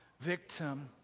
Victim